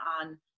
on